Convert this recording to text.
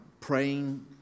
praying